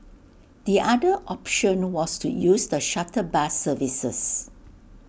the other option was to use the shuttle bus services